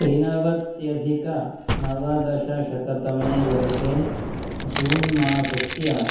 त्रिनवत्त्यधिकनवदशशततमे वर्षे जून् मासस्य